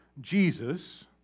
Jesus